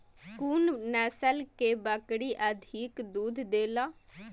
कुन नस्ल के बकरी अधिक दूध देला?